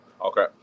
Okay